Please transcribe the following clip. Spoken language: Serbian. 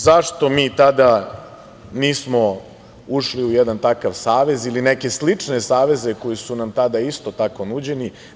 Zašto mi tada nismo ušli u jedan takav savez ili neke slične saveze koji su nam tada isto tako nuđeni?